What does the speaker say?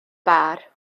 bar